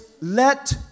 let